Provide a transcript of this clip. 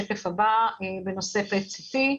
בנושא PET CT,